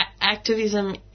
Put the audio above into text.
Activism